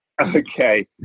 Okay